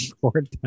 short